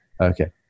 Okay